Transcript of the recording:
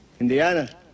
Indiana